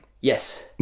Yes